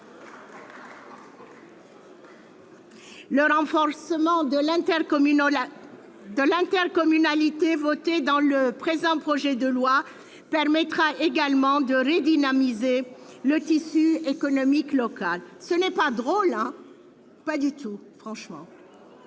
Le renforcement de l'intercommunalité voté dans le présent projet de loi permettra également de redynamiser le tissu économique local. Mes chers collègues, ce n'est franchement